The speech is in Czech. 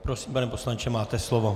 Prosím, pane poslanče, máte slovo.